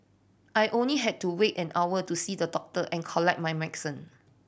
I only had to wait an hour to see the doctor and collect my medicine